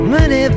Money